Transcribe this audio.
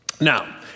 Now